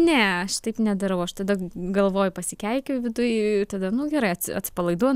ne aš taip nedarau aš tada galvoju pasikeikiu viduj tada nu gerai atsipalaiduo